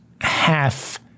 half